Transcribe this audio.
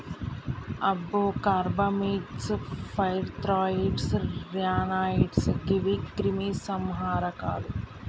అబ్బో carbamates, pyrethroids, ర్యానాయిడ్స్ గీవి క్రిమి సంహారకాలు